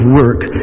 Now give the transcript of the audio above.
work